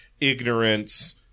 ignorance